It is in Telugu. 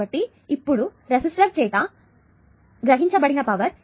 కాబట్టి ఇప్పుడు రెసిస్టర్ చేత గ్రహించబడిన పవర్ VR